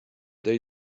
they